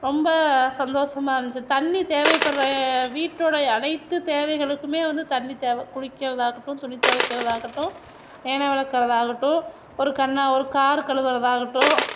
ரொம்ப சந்தோசமாக இருந்துச்சு தண்ணி தேவைப்படுகிற வீட்டோடைய அனைத்து தேவைகளுக்குமே வந்து தண்ணித் தேவை குளிக்கிறதாகட்டும் துணி துவைக்கிறதாகட்டும் ஏனம் விளக்கறதாகட்டும் ஒரு கண்ணா ஒரு கார் கழுவுறதாகட்டும்